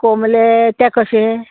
कोमलें तें कशें